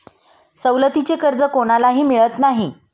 सवलतीचे कर्ज कोणालाही मिळत नाही